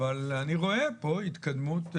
אבל אני רואה פה התקדמות רבה,